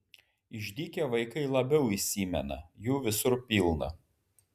išdykę vaikai labiau įsimena jų visur pilna